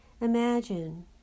imagine